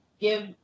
give